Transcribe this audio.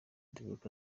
dereck